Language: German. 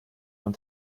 von